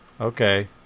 Okay